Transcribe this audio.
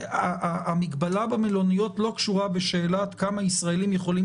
המגבלה במלוניות לא קשורה בשאלה כמה ישראלים יכולים